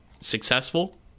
successful